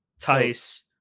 tice